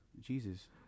Jesus